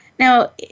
Now